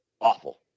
awful